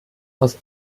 aus